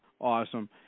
Awesome